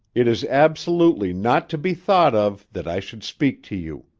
it is absolutely not to be thought of that i should speak to you.